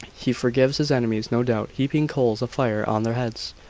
he forgives his enemies, no doubt, heaping coals of fire on their heads.